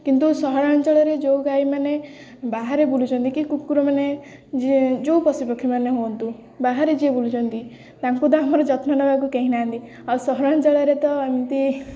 କିନ୍ତୁ ସହରାଞ୍ଚଳରେ ଯୋଉ ଗାଈମାନେ ବାହାରେ ବୁଲୁଛନ୍ତି କି କୁକୁରମାନେ ଯିଏ ଯୋଉ ପଶୁପକ୍ଷୀମାନେ ହୁଅନ୍ତୁ ବାହାରେ ଯିଏ ବୁଲୁଛନ୍ତି ତାଙ୍କୁ ତ ଆମର ଯତ୍ନ ନେବାକୁ କେହିନାହାନ୍ତି ଆଉ ସହରାଞ୍ଚଳରେ ତ ଏମିତି